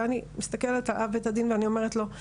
ואני מסתכלת על רב בית הדין ואני אומרת לו,